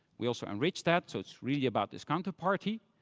we also enriched that. so it's really about this counterparty,